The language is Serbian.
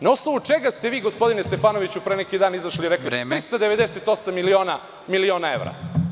Na osnovu čega ste vi gospodine Stefanoviću pre neki dan izašli i rekli - 398 miliona evra.